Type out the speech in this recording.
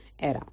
Era